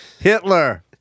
Hitler